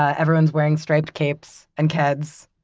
ah everyone's wearing striped capes and keds.